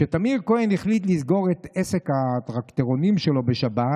"כשתמיר כהן החליט לסגור את עסק הטרקטורונים שלו בשבת,